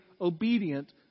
obedient